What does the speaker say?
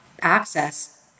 access